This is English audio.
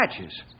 matches